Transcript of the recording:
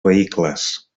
vehicles